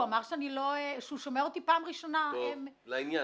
הוא אמר שהוא שומע אותי פעם ראשונה --- אבל דברי לעניין,